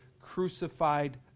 crucified